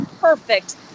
perfect